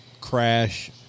crash